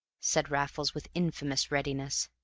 said raffles, with infamous readiness.